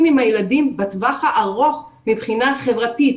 עם הילדים בטווח הארוך מבחינה חברתית,